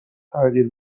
تغییر